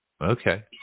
Okay